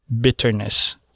bitterness